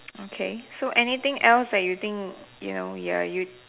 okay so anything else that you think you know ya you